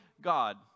God